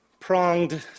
pronged